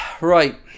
right